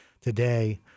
today